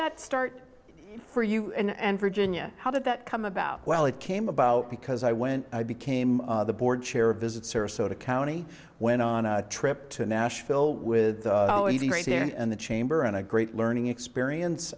that start for you and virginia how did that come about well it came about because i went i became the board chair visit sarasota county went on a trip to nashville with me and the chamber and a great learning experience